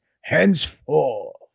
Henceforth